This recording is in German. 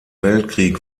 weltkrieg